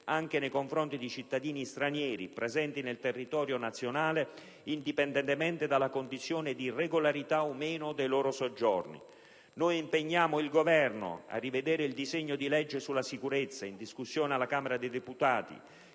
anche nei confronti di cittadini stranieri presenti nel territorio nazionale indipendentemente dalla condizione di regolarità o meno dei loro soggiorni. Noi impegniamo il Governo a rivedere il disegno di legge sulla sicurezza, in discussione alla Camera dei deputati,